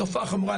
תופעה חמורה.